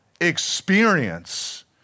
experience